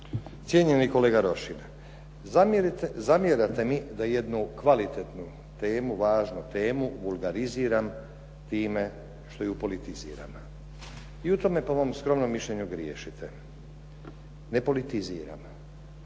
Cijenjeni kolega Rošin, zamjerate mi da jednu kvalitetnu temu, važnu temu vulgaliziram time što ju politiziram i u tome, po mom skromnom mišljenju, griješite. Ne politiziram.